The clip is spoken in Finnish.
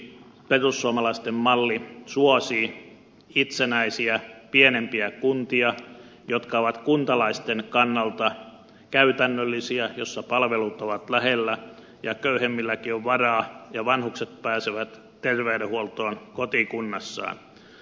myöskin perussuomalaisten malli suosii itsenäisiä pienempiä kuntia jotka ovat kuntalaisten kannalta käytännöllisiä joissa palvelut ovat lähellä ja joihin köyhemmilläkin on varaa ja joissa vanhukset pääsevät terveydenhuoltoon kotikunnassaan